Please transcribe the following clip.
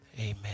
Amen